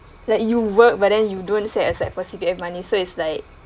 like you work but then you don't set aside for C_P_F money so it's like